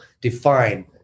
define